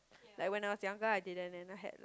like when I was younger I didn't and I had